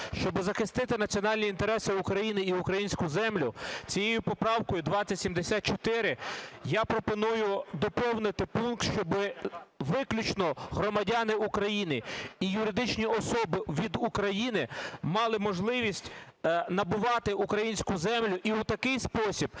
щоб захистити національні інтереси України і українську землю, цією поправкою 2074 я пропоную доповнити пункт, щоб виключно громадяни України і юридичні особи від України мали можливість набувати українську землю і у такий спосіб